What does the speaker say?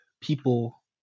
people